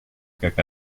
как